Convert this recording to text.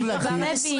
משפחת לוי?